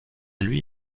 lui